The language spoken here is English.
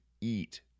eat